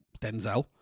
Denzel